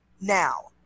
now